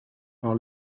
par